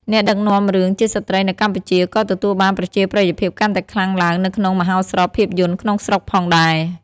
អ្នកដឹកនាំរឿងជាស្ត្រីនៅកម្ពុជាក៏ទទួលបានប្រជាប្រិយភាពកាន់តែខ្លាំងឡើងនៅក្នុងមហោស្រពភាពយន្តក្នុងស្រុកផងដែរ។